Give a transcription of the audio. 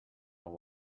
and